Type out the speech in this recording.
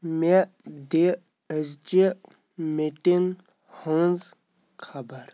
مے دِ أزچہِ مِٹنگ ہٕنز خبر